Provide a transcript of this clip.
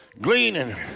gleaning